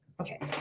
Okay